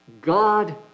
God